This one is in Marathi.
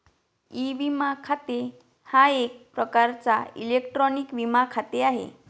ई विमा खाते हा एक प्रकारचा इलेक्ट्रॉनिक विमा खाते आहे